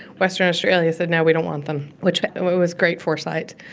western australia said no, we don't want them, which was great foresight.